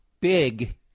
big